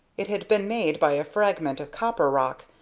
it had been made by a fragment of copper rock,